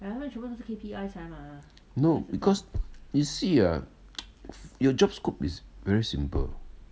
no because you see ah your job scope is very simple